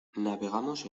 navegamos